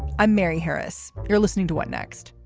i'm mary harris. you're listening to what next.